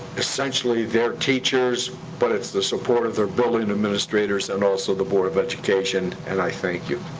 essentially their teachers, but it's the support of their building administrators and also the board of education, and i thank you.